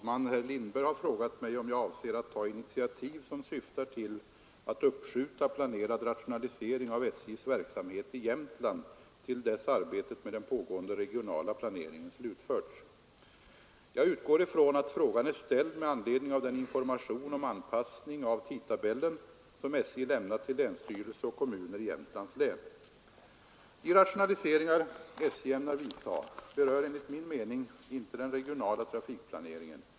Herr talman! Herr Lindberg har frågat mig om jag avser att ta initiativ som syftar till att uppskjuta planerad rationalisering av SJ:s verksamhet i Jämtland till dess arbetet med den pågående regionala planeringen slutförts. Jag utgår från att frågan är ställd med anledning av den information om anpassning av tidtabellen som SJ lämnat till länsstyrelse och kommuner i Jämtlands län. De rationaliseringar SJ ämnar vidta berör enligt min mening inte den regionala trafikplaneringen.